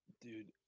Dude